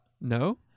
No